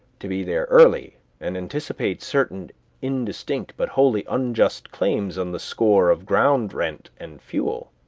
to be there early, and anticipate certain indistinct but wholly unjust claims on the score of ground rent and fuel.